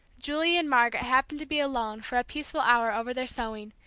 julie and margaret happened to be alone for a peaceful hour over their sewing,